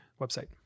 website